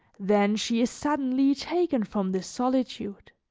then she is suddenly taken from this solitude,